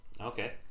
okay